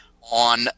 on